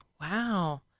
Wow